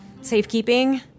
safekeeping